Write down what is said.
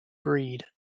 breed